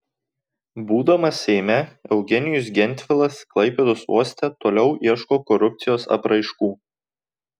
būdamas seime eugenijus gentvilas klaipėdos uoste toliau ieško korupcijos apraiškų